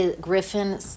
Griffin